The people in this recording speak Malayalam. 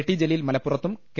ടി ജലീൽ മലപ്പുറത്തും കെ